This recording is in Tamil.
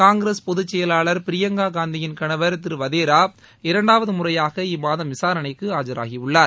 காங்கிரஸ் பொதுச்செயலாளர் பிரியங்கா காந்தியின் கணவர் திரு வதேரா இரண்டாவது முறையாக இம்மாதம் விசாரணைக்கு ஆஜராகியுள்ளார்